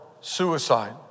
suicide